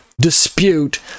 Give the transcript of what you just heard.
dispute